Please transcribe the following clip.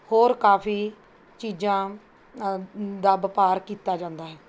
ਹੋਰ ਕਾਫੀ ਚੀਜ਼ਾਂ ਦਾ ਵਪਾਰ ਕੀਤਾ ਜਾਂਦਾ ਹੈ